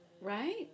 Right